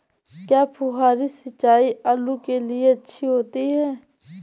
क्या फुहारी सिंचाई आलू के लिए अच्छी होती है?